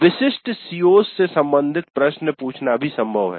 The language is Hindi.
विशिष्ट CO's से संबंधित प्रश्न पूछना भी संभव है